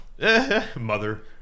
Mother